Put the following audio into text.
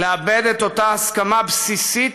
לאבד את אותה הסכמה בסיסית,